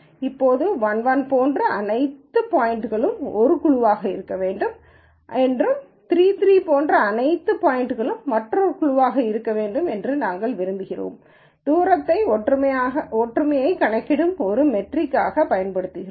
இப்போது 1 1 போன்ற அனைத்து பாய்ன்ட்களும் ஒரு குழுவில் இருக்க வேண்டும் என்றும் 3 3 போன்ற அனைத்து பாய்ன்ட்களும் மற்றொரு குழுவில் இருக்க வேண்டும் என்றும் நாங்கள் விரும்புகிறோம் தூரத்தை ஒற்றுமையை கணக்கிடும் ஒரு மெட்ரிக்காகப் பயன்படுத்துகிறோம்